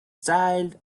child